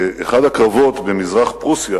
באחד הקרבות במזרח רוסיה